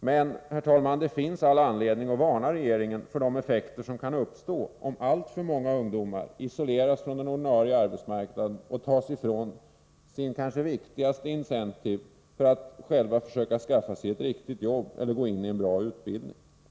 Det finns emellertid, herr talman, all anledning att varna regeringen för de effekter som kan uppstå om alltför många ungdomar isoleras från den ordinarie arbetsmarknaden och fråntas sitt kanske viktigaste incitament för att själva försöka skaffa sig ett riktigt arbete eller gå in i en bra utbildning.